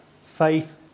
Faith